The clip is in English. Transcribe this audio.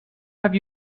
have